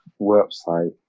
website